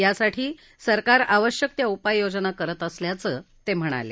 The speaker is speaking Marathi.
यासाठी सरकार आवश्यक त्या उपाययोजना करत असल्याचं ते म्हणाले